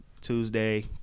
Tuesday